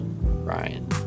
Ryan